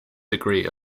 degree